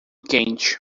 quente